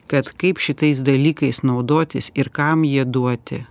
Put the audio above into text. kad kaip šitais dalykais naudotis ir kam jie duoti